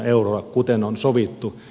euroa kuten on sovittu